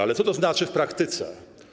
Ale co to znaczy w praktyce?